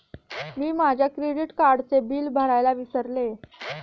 मी माझ्या क्रेडिट कार्डचे बिल भरायला विसरले